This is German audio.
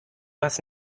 was